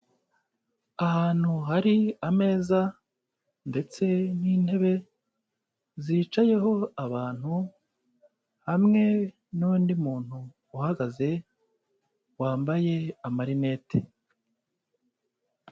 Ahantu hari ameza ndetse n'intebe zicayeho abantu, hamwe n'undi muntu uhagaze wambaye amarinete.